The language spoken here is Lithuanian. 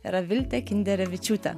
yra viltė kinderevičiūtė